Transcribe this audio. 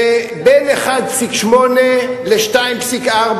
בין 1.8 ל-2.4,